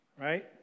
Right